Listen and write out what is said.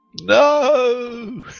No